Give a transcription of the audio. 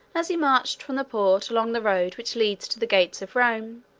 as he marched from the port, along the road which leads to the gates of rome,